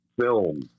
film